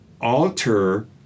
alter